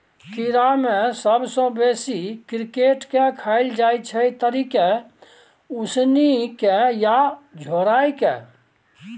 कीड़ा मे सबसँ बेसी क्रिकेट केँ खाएल जाइ छै तरिकेँ, उसनि केँ या झोराए कय